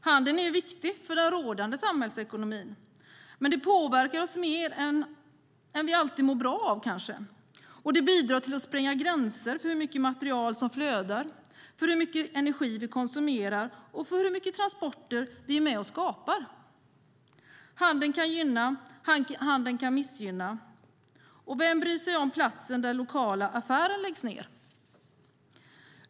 Handeln är viktig för den rådande samhällsekonomin, men den påverkar oss kanske mer än vi alltid mår bra av. Den bidrar till att spränga gränser för hur mycket material som flödar, hur mycket energi vi konsumerar och hur mycket transporter vi är med och skapar. Handel kan gynna, och handel kan missgynna. Vem bryr sig om platsen där den lokala affären läggs ned?